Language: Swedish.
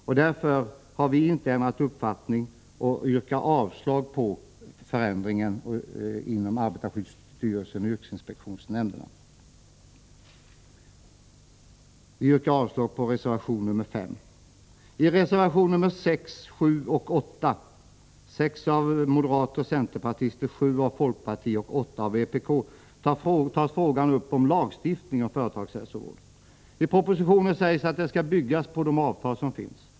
Vi har i utskottet inte ändrat uppfattning på den punkten och avstyrker förslaget till ändring. Jag yrkar således avslag på reservation 5. I reservationerna 6 åv moderaterna och centern, 7 av folkpartiet och 8 av vpk tas frågan upp om lagstiftning om företagshälsovården. I propositionen sägs att man skall bygga på de avtal som finns.